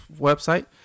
website